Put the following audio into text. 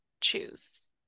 choose